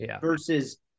versus –